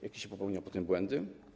Jakie się popełnia potem błędy?